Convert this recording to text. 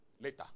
Later